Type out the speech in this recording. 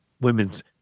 women's